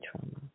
trauma